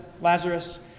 Lazarus